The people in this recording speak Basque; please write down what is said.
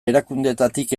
erakundeetatik